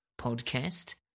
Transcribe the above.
podcast